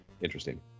interesting